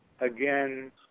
again